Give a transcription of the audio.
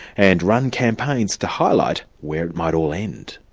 and run campaigns to highlight where it might all end.